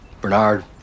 Bernard